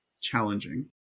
challenging